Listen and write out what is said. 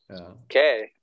Okay